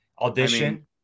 audition